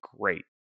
great